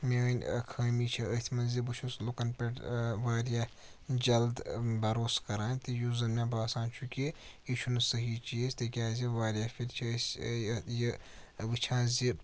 میٲنۍ خٲمی چھِ أتھۍ منٛز زِ بہٕ چھُس لُکَن پٮ۪ٹھ واریاہ جلد بَروس کَرانر تہٕ یُس زَن مےٚ باسان چھُ کہِ یہِ چھُنہٕ صحیح چیٖز تِکیازِ واریاہ پھِرِ چھِ أسۍ یہِ وٕچھان زِ